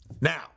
Now